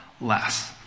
less